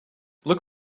look